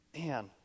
man